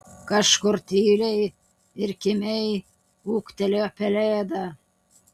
kažkur tyliai ir kimiai ūktelėjo pelėda